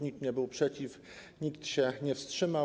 Nikt nie był przeciw, nikt się nie wstrzymał.